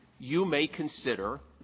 you may consider,